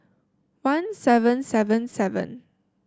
one seven seven seven